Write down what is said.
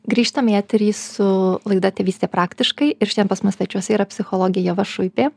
grįžtam į eterį su laida tėvystė praktiškai ir šiandien pas mus svečiuose yra psichologė ieva šuipė